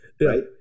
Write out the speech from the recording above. right